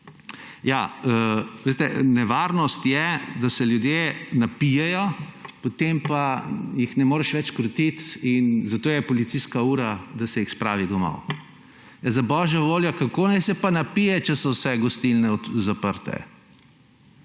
»Nevarnost je, da se ljudje napijejo, potem pa jih ne moreš več koriti. Zato je policijska ura, da se jih spravi domov.« Ja za božjo voljo, kako naj se pa napije, če so vse gostilne zaprte?!